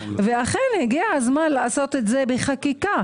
אכן, הגיע הזמן לעשות את זה בחקיקה.